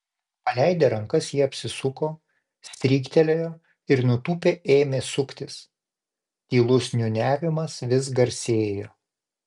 paleidę rankas jie apsisuko stryktelėjo ir nutūpę ėmė suktis tylus niūniavimas vis garsėjo